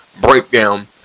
breakdown